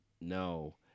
no